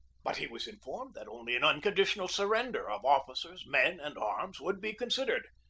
but he was informed that only an unconditional surren der of officers, men, and arms would be considered.